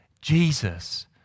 Jesus